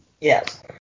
Yes